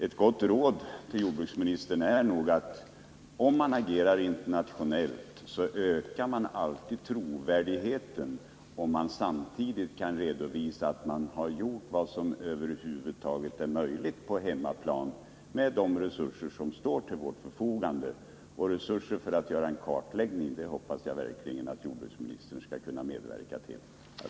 Ett gott råd till jordbruksministern är nog detta: Om man agerar internationellt, ökar man trovärdigheten om man samtidigt kan redovisa att man på hemmaplan har gjort vad som över huvud taget är möjligt att göra med de resurser som står till förfogande. Och resurser för att göra en kartläggning hoppas jag verkligen att jordbruksministern kan medverka till att ge.